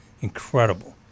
incredible